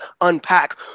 unpack